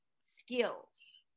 skills